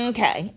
Okay